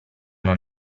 non